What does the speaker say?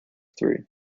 through